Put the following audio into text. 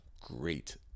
great